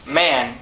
man